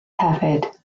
hefyd